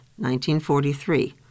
1943